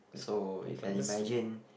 so you can imagine